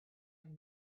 from